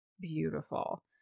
beautiful